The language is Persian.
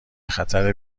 خطر